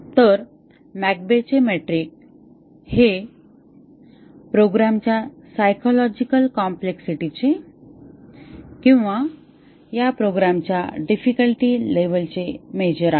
तर मॅककेबचे मेट्रिक हे प्रोग्रामच्या सायकॉलॉजिकल कॉम्प्लेक्सिटीचे किंवा या प्रोग्रामच्या डिफिकल्टी लेव्हल चे मेजर आहे